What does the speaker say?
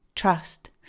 Trust